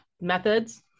methods